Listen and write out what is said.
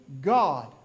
God